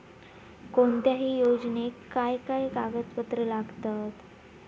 कोणत्याही योजनेक काय काय कागदपत्र लागतत?